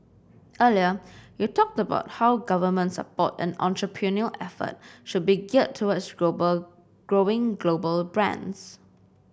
earlier you talked about how government support and entrepreneurial effort should be geared towards global growing global brands